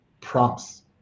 prompts